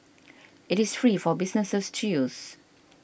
it is free for businesses to use